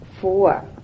four